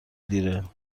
دیره